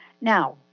Now